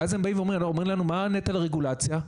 ואז אומרים לנו: "מה נטל הרגולציה?",